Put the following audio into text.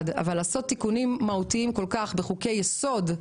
לעשות תיקונים מהותיים כל כך בחוקי יסוד,